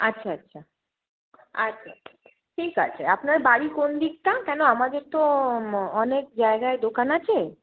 আচ্ছা আচ্ছা আচ্ছা ঠিক আছে আপনার বাড়ি কোন দিকটা কেন আমাদের তো অনেক জায়গায় দোকান আছে